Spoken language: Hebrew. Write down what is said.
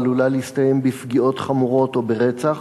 העלולה להסתיים בפגיעות חמורות או ברצח?